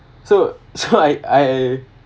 so so I I